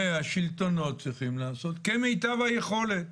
והשלטונות צריכים לעשות כמיטב היכולת